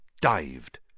dived